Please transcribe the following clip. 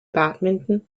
badminton